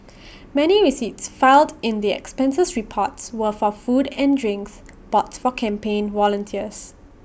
many receipts filed in the expenses reports were for food and drinks bought for campaign volunteers